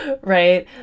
right